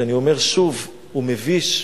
שאני אומר שוב: הוא מביש,